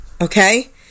okay